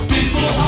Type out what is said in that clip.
People